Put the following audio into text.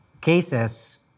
cases